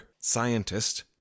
scientist